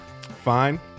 fine